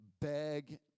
beg